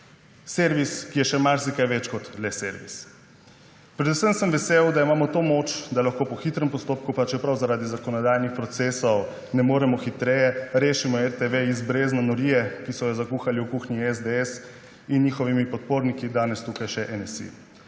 servis, ki je še marsikaj več kot le servis. Predvsem sem vesel, da imamo to moč, da lahko po hitrem postopku, pa čeprav zaradi zakonodajnih procesov ne moremo hitreje, rešimo RTV iz brezna norije, ki so jo zakuhali v kuhinji SDS in njihovimi podporniki danes tukaj še NSi.